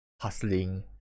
hustling